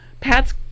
Pat's